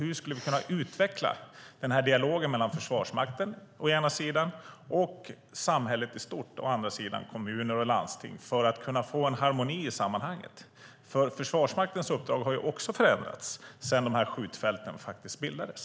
Hur skulle vi kunna utveckla dialogen mellan Försvarsmakten å ena sidan och samhället i stort, kommuner och landsting, å andra sidan för att kunna få en harmoni i sammanhanget? Försvarsmaktens uppdrag har ju också förändrats sedan de här skjutfälten bildades.